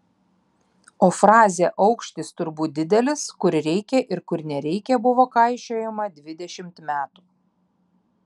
o frazė aukštis turbūt didelis kur reikia ir kur nereikia buvo kaišiojama dvidešimt metų